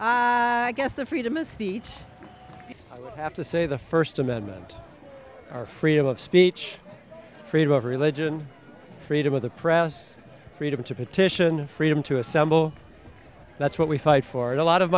i guess the freedom of speech have to say the first amendment freedom of speech freedom of religion freedom of the press freedom to petition freedom to assemble that's what we fight for and a lot of